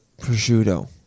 prosciutto